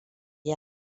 yi